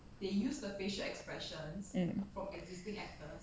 um